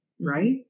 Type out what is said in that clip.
right